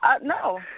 No